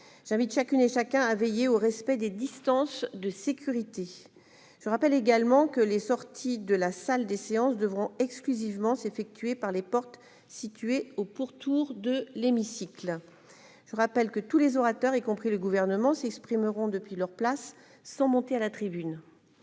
j'invite chacune et chacun à veiller au respect des distances de sécurité, je rappelle également que les sorties de la salle des séances devront exclusivement s'est effectuée par les portes situées au pourtour de l'hémicycle, je rappelle que tous les orateurs, y compris le gouvernement s'exprimeront depuis leur place sont montés à la tribune